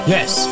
Yes